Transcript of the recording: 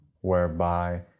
whereby